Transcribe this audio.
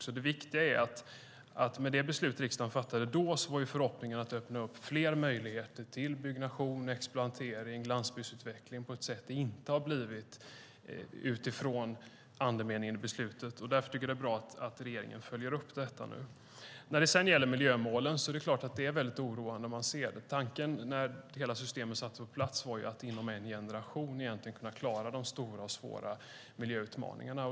Andemeningen i det beslut riksdagen fattade då var förhoppningen att öppna fler möjligheter till byggnation, exploatering, landsbygdsutveckling - något som inte blev av. Därför är det bra att regeringen följer upp frågan. Det är oroande att se på miljömålen. Tanken när hela systemet sattes på plats var att inom en generation klara de stora och svåra miljöutmaningarna.